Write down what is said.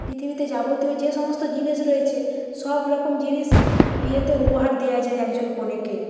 পৃথিবীতে যাবতীয় যে সমস্ত জিনিস রয়েছে সবরকম জিনিসই বিয়েতে উপহার দেওয়া যায় একজন কনেকে